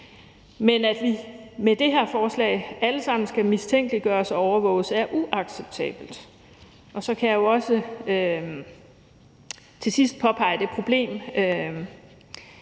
Men at vi med det her forslag alle sammen skal mistænkeliggøres og overvåges er uacceptabelt. Og så kan jeg jo også til sidst påpege det problem,